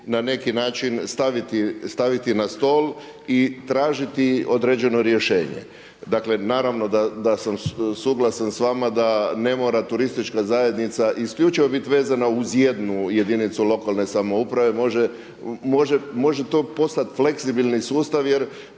na neki način staviti na stol i tražiti određeno rješenje. Dakle naravno da sam suglasan s vama da ne mora turistička zajednica isključivo biti vezana uz jednu jedinicu lokalne samouprave, može to postati fleksibilni sustav jer